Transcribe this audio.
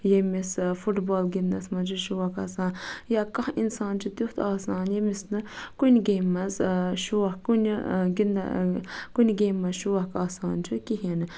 ییٚمِس football گِندنَس مَنٛز چھُ شوق آسان یا کانٛہہ اِںسان چھُ تِیُتھ آسان ییٚمِس نہٕ کُنہِ گیمہِ مَنٚزشوق کُنہِ گِندنا کُنہِ گیمہِ مَنٛز شوق آسان چھُ کِہیٖنۍ